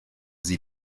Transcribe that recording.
sie